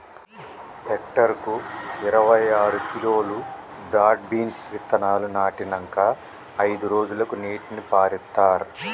hectare కు ఇరవై ఆరు కిలోలు బ్రాడ్ బీన్స్ విత్తనాలు నాటినంకా అయిదు రోజులకు నీటిని పారిత్తార్